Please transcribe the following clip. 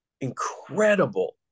incredible